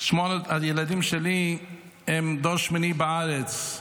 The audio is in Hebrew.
שמונת הילדים שלי הם דור שמיני בארץ,